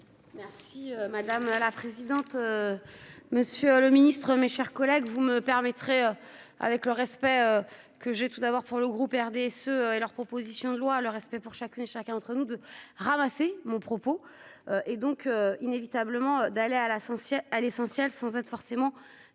Si madame la présidente, monsieur le Ministre, mes chers collègues, vous me permettrez, avec le respect que j'ai tout d'abord pour le groupe RDSE et leur proposition de loi, le respect pour chacune et chacun en train de ramasser mon propos et donc inévitablement d'aller à l'ascension à l'essentiel, sans être forcément